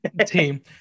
team